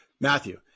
Matthew